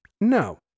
No